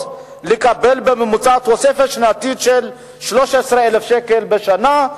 לקבל בממוצע תוספת שנתית של 13,000 שקל בשנה,